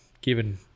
given